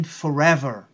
forever